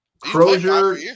Crozier